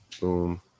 Boom